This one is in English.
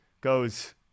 goes